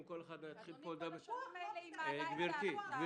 אם כל אחד יתחיל פה להציג בעיות פרטניות --- היא מעלה את זה על הכתב.